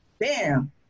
Bam